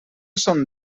són